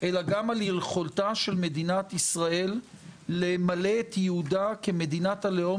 אלא גם על יכולתה של מדינת ישראל למלא את ייעודה כמדינת הלאום